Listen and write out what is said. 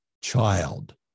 child